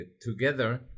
together